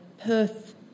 Perth